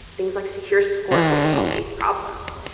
things like security score helped solve these problems.